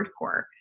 hardcore